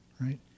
right